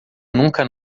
nunca